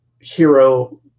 hero